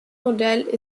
modell